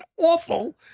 awful